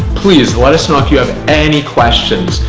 please let us know if you have any questions,